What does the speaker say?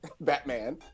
Batman